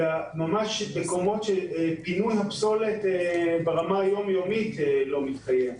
אלא ממש למקומות של פינוי פסולת ברמה היום יומית שלא מתקיימים.